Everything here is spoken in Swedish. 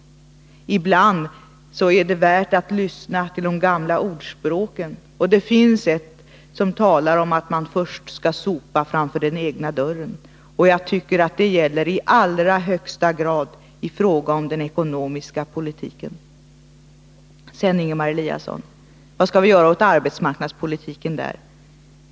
Ibland är det värt att lyssna till de: gamla ordspråken, och det finns ett som talar om att man först skall sopa framför den egna dörren. Jag tycker att det gäller i allra högsta grad i fråga om den ekonomiska politiken. Vad skall vi göra åt arbetsmarknadspolitiken?